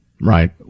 right